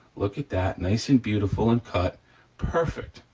look at that, nice and beautiful and cut perfect,